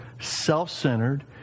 self-centered